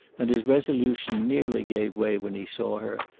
and his resolution nearly gave way when he saw her,